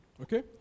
okay